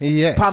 yes